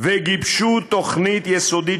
וגיבשו תוכנית יסודית,